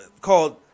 called